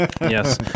Yes